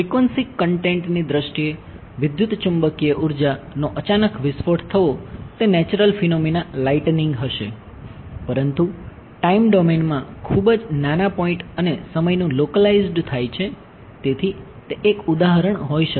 frequency content કરતાં વધુ છે